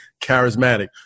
charismatic